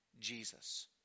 Jesus